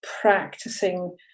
practicing